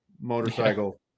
motorcycle